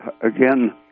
again